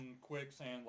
Quicksand